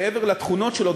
מעבר לתכונות שלו.